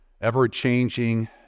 ever-changing